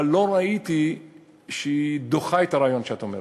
אבל לא ראיתי שהיא דוחה את הרעיון שאת אומרת,